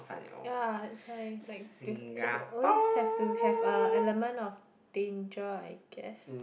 ya is like like they they always have to have a element of thin joint I guess